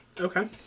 Okay